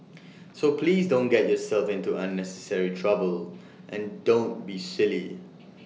so please don't get yourself into unnecessary trouble and don't be silly